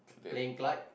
playing kite